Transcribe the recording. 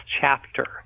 chapter